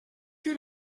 que